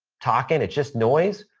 talking. it's just noise.